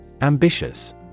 Ambitious